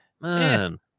man